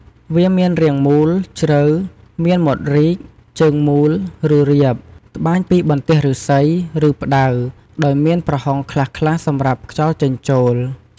វាមានរាងមូល ជ្រៅ មានមាត់រីក ជើងមូល ឬរាប ត្បាញពីបន្ទះឫស្សី ឬផ្តៅដោយមានប្រហោងខ្លះៗសម្រាប់ខ្យល់ចេញចូល។